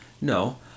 No